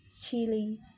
chili